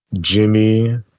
jimmy